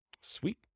Sweet